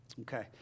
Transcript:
Okay